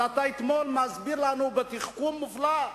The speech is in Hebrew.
אבל אתמול הסברת לנו, בתחכום מופלא,